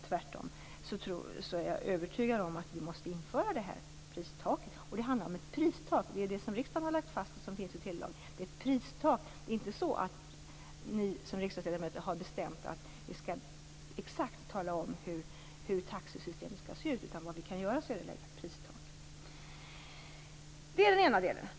Tvärtom är jag övertygad om att vi måste införa det här pristaket. Och vad det handlar om, det som riksdagen har lagt fast och som finns i telelagen, är just ett pristak. Det är inte så att ni som riksdagsledamöter har bestämt att vi skall tala om exakt hur taxesystemet skall se ut, utan vad vi kan göra är att lägga ett pristak. Det är den ena delen.